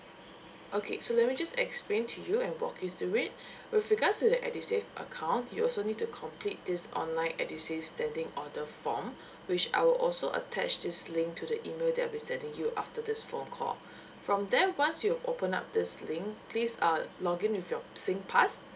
okay so let me just explain to you and walk you through it with regards to the edusave account you also need to complete this online edusave standing order form which I will also attach this link to the email that I'll be sending you after this phone call from then once you've open up this link please (umuh log in with your singpass